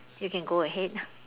you can go ahead